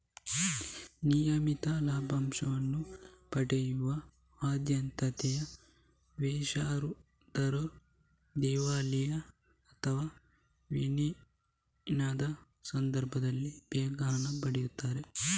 ನಿಯಮಿತ ಲಾಭಾಂಶವನ್ನ ಪಡೆಯುವ ಆದ್ಯತೆಯ ಷೇರುದಾರರು ದಿವಾಳಿ ಅಥವಾ ವಿಲೀನದ ಸಂದರ್ಭದಲ್ಲಿ ಬೇಗ ಹಣ ಪಡೀತಾರೆ